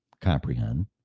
comprehend